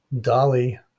dolly